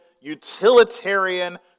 utilitarian